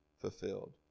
fulfilled